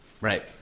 right